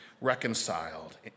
reconciled